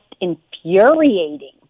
infuriating